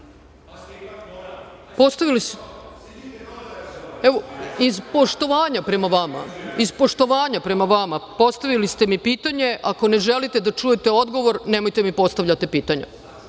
postavili ste mi pitanje. Ako ne želite da čujete odgovor, nemojte mi postavljati pitanja.